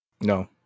No